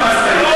גם אז טעיתם.